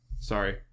Sorry